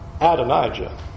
Adonijah